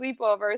sleepovers